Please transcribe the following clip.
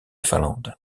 finlande